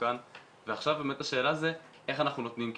מסוכן ועכשיו באמת השאלה זה איך אנחנו נותנים כלים,